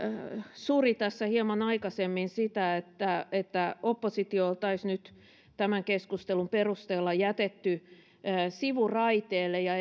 suri tässä hieman aikaisemmin sitä että että oppositio oltaisiin nyt tämän keskustelun perusteella jätetty sivuraiteelle ja